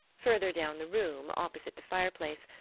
further down the room, opposite the fireplace,